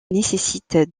nécessite